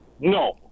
No